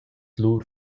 lur